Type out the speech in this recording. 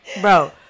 bro